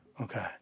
Okay